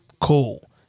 cool